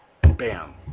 bam